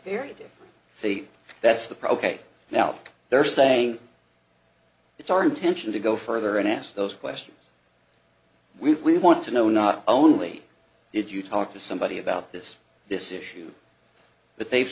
very different see that's the pro case now they're saying it's our intention to go further and ask those questions we want to know not only did you talk to somebody about this this issue but they've